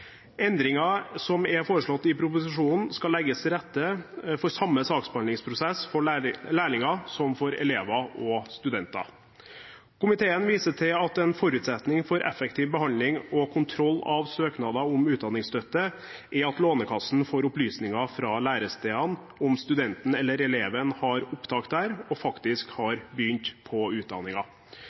Endringer som er foreslått i proposisjonen, skal legge til rette for samme saksbehandlingsprosess for lærlinger som for elever og studenter. Komiteen viser til at en forutsetning for effektiv behandling og kontroll av søknader om utdanningsstøtte er at Lånekassen får opplysninger fra lærestedene om studenten eller eleven har opptak der, og faktisk har begynt på